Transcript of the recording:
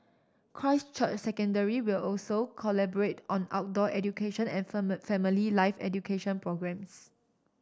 Christ Church Secondary will also collaborate on outdoor education and family life education programmes